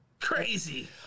Crazy